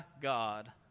God